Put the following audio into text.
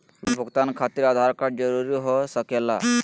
Loan भुगतान खातिर Aadhaar card जरूरी हो सके ला?